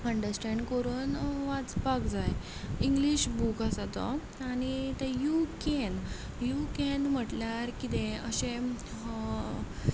understand करून वाचपाक जाय इंग्लीश बूक आसता तो आनी यू कॅन यू कॅन म्हटल्यार किदें अशें